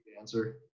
answer